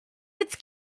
its